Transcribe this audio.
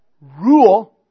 rule